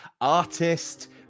Artist